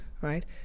right